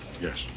yes